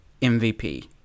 MVP